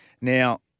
Now